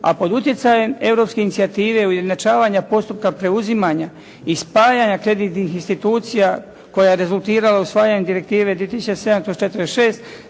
a pod utjecajem europske inicijative izjednačavanja postupka preuzimanja i spajanja kreditnih institucija koja je rezultirala usvajanjem Direktive 2007/46